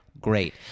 great